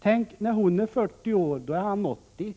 Tänk när hon är 40 år, då är han 80 år.